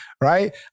right